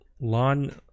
lawn